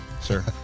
sir